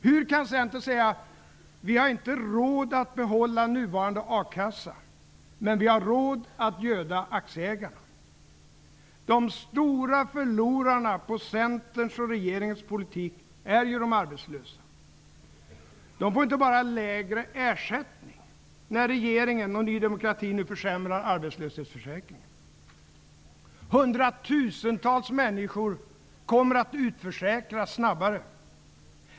Hur kan Centern säga: Vi har inte råd att behålla nuvarande a-kassa, men vi har råd att göda aktieägarna. De stora förlorarna på Centerns och regeringens politik är ju de arbetslösa. De får inte bara lägre ersättning när regeringen och Ny demokrati nu försämrar arbetslöshetsförsäkringen. Hundratusentals människor kommer att utförsäkras snabbare.